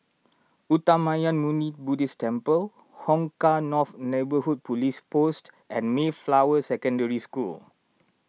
Uttamayanmuni Buddhist Temple Hong Kah North Neighbourhood Police Post and Mayflower Secondary School